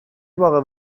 باغ